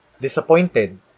disappointed